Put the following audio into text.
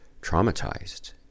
traumatized